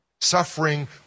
Suffering